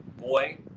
Boy